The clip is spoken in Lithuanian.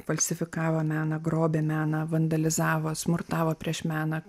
falsifikavo meną grobė meną vandalizavo smurtavo prieš meną